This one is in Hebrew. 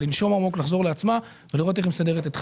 לנשום עמוק ולחזור לעצמה ולראות איך היא מסדרת את חייה.